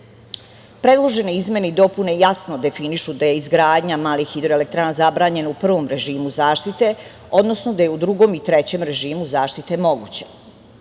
dozvola. Predložene izmene i dopune jasno definišu da je izgradnja malih hidroelektrana zabranjena u prvom režimu zaštite, odnosno da je u drugom i trećem režimu zaštite moguće,